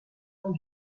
ans